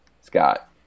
Scott